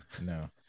no